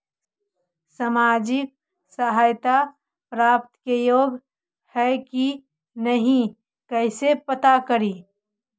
सामाजिक सहायता प्राप्त के योग्य हई कि नहीं कैसे पता करी?